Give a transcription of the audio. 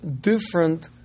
different